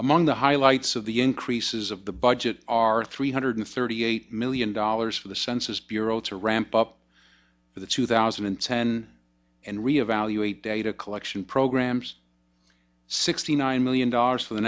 among the highlights of the increases of the budget are three hundred thirty eight million dollars for the census bureau to ramp up for the two thousand and ten and re evaluate data collection programs sixty nine million dollars for the